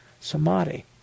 samadhi